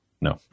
No